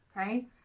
Okay